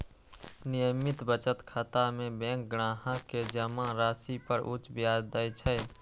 नियमित बचत खाता मे बैंक ग्राहक कें जमा राशि पर उच्च ब्याज दै छै